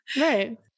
Right